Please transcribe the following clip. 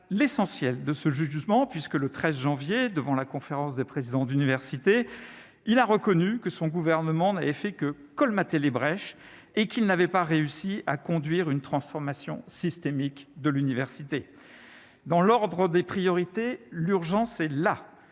l'essentiel de ce jugement, puisque le 13 janvier devant la conférence des présidents d'université, il a reconnu que son gouvernement d'effet que colmater les brèches et qu'il n'avait pas réussi à conduire une transformation systémique de l'université, dans l'ordre des priorités, l'urgence est là,